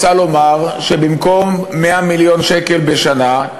רוצה לומר שבמקום 100 מיליון שקל בשנה,